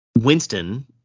Winston